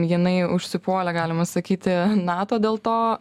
jinai užsipuolė galima sakyti nato dėl to